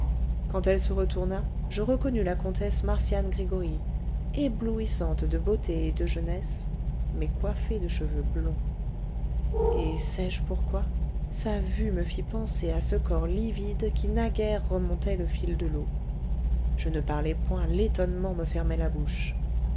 quand elle se retourna je reconnus la comtesse marcian gregoryi éblouissante de beauté et de jeunesse mais coiffée de cheveux blonds et sais-je pourquoi sa vue me fit penser à ce corps livide qui naguère remontait le fil de l'eau je ne parlai point l'étonnement me fermait la bouche